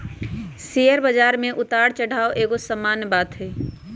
share बजार में उतार चढ़ाओ एगो सामान्य बात हइ